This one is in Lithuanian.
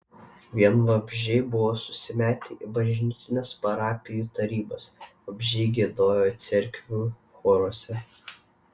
vien vabzdžiai buvo susimetę į bažnytines parapijų tarybas vabzdžiai giedojo cerkvių choruose